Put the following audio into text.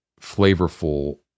flavorful